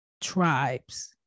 tribes